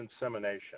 insemination